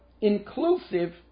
inclusive